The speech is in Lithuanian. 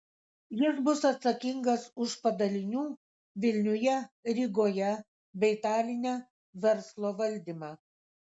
jis bus atsakingas už padalinių vilniuje rygoje bei taline verslo valdymą